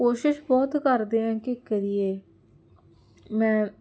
ਕੋਸ਼ਿਸ਼ ਬਹੁਤ ਕਰਦੇ ਹਾਂ ਕਿ ਕਰੀਏ ਮੈਂ